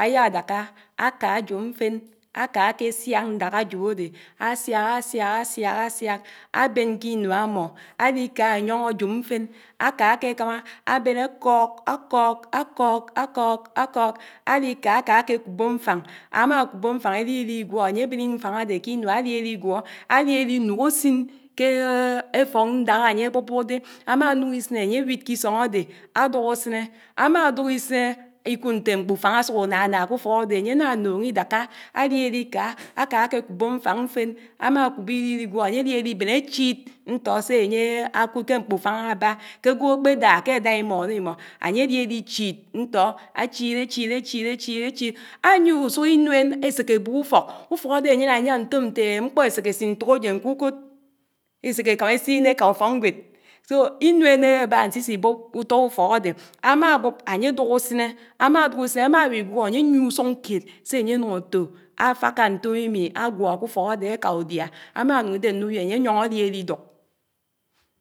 áyádáká áká ájob mfén áká k'síák ñdák ájob ádé ásiák ásiák ásiák ásiák, ábén k'ínuá ámmó áríká áyóñ ájob mfén áká ákékámá ábén ákók ákók ákók ákók ákók, áriká áká k'kukpo mfáñ, ámá kukpo mfáñ ír'ílgwó, ányé bén mfáñ k'ínuá áríárigwó, áríárínuk ásin kééé éfók ndák ányé bubó dé, ámánuk ísín ányéwid k'ísóñ ádé áduk ásiné, ámá duk ísíné íkud nté mkpufáñ ásuk ánáná k'ùfók ádè, ányé áná ánuñ ídáká áliáli ká, áká ké kùpó mfáñ mfén, ámá kùpò ír'irigwó, ányé áriári bén áchíííd ñntóó sé ányé kud ké mkpufáñ ábá k'ágwo ákpé ádá k'adá ámónó ímó, ányé diádi chíiid ñtó áchid áchid áchi áchid áchid. Ányié usuk ínuen áséké bub ufók, ufók ádé ányán ányán ntòm ntè mkpó éséké ésin ntòkájén k'ukòd, éséké kámá ésiné éká ufóñgwéd, so ínuén ábá ánsisi bub utó ufók ádé, ámá bub ányéduk ásiné, ámáduk ísiné, ámáwigwó áyéyié usuñ kéd sé ányé ánuñ átò áfáká ntomìmì, ágwó k'ùfók ádé udiá, ámánuñ ídé nnuwí, ányéyoñ áriáríduk.